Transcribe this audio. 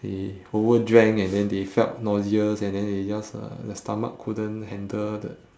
they overdrank and then they felt nauseous and then they just uh the stomach couldn't handle the